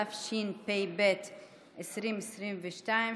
התשפ"ב 2022,